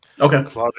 okay